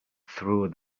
through